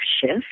shift